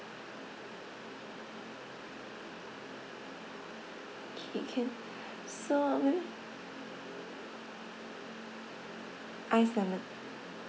K can so iced lemon